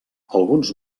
alguns